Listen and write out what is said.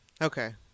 Okay